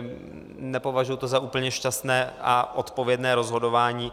Nepovažuji to za úplně šťastné a odpovědné rozhodování.